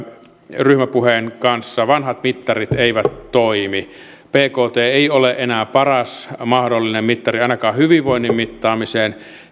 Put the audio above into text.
ryhmäpuheen kanssa vanhat mittarit eivät toimi bkt ei ole enää paras mahdollinen mittari ainakaan hyvinvoinnin mittaamiseen